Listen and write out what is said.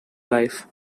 life